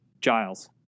Giles